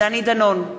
דני דנון,